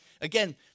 Again